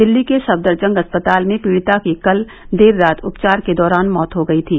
दिल्ली के सफदरजंग अस्पताल में पीड़िता की कल देर रात उपचार के दौरान मौत हो गई थी